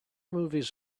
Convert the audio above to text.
movies